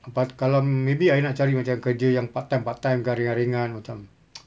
but kalau maybe I nak cari macam kerja yang part time part time ke ringan ringan macam